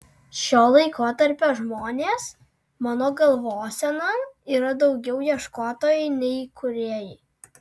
šio laikotarpio žmonės mano galvosena yra daugiau ieškotojai nei kūrėjai